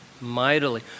mightily